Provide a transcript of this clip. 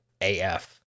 AF